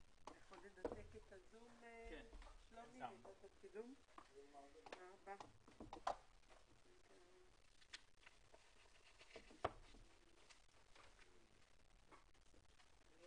הישיבה ננעלה בשעה 14:21.